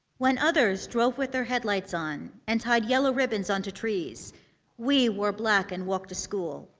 when others drove with their headlights on and tied yellow ribbons onto trees we wore black and walked to school.